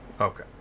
Okay